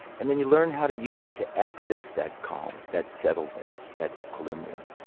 and then you learn how to use it to access that calm, that settledness, that equilibrium.